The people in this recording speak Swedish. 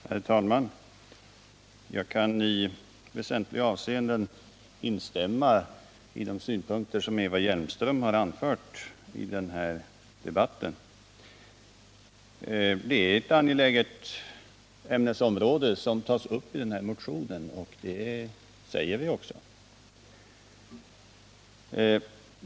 Herr talman! Jag kan i väsentliga avseenden instämma i de synpunkter som Eva Hjelmström anfört. Det är ett angeläget ämnesområde som tas upp i den här motionen, och det säger också utskottet i sin skrivning.